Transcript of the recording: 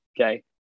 Okay